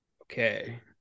Okay